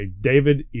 David